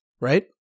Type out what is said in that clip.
right